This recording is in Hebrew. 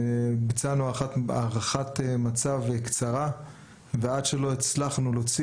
ביצענו הערכת מצב קצרה ועד שלא הצלחנו להוציא